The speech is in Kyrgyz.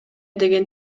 деген